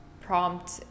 prompt